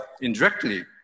indirectly